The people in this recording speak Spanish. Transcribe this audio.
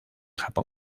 japón